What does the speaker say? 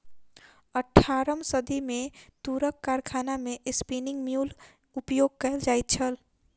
अट्ठारम सदी मे तूरक कारखाना मे स्पिन्निंग म्यूल उपयोग कयल जाइत छल